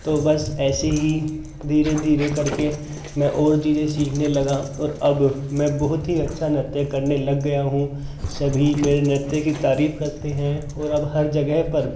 तो बस ऐसे ही धीरे धीरे करके मैं और चीज़ें सीखने लगा और अब मैं बहुत ही अच्छा नृत्य करने लग गया हूँ सभी मेरे नृत्य की तारीफ़ करते हैं और अब हर जगह पर